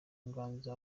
nganzo